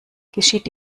geschieht